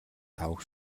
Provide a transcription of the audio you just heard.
таваг